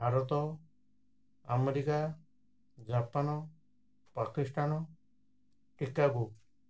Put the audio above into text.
Bharat America Japan Pakistan Chicago